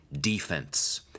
defense